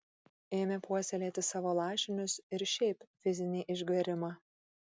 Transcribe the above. ėmė puoselėti savo lašinius ir šiaip fizinį išgverimą